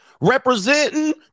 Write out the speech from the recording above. representing